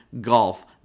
golf